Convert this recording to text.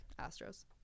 Astros